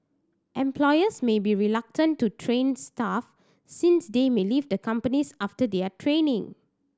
employers may be reluctant to train staff since they may leave the companies after their training